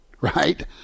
right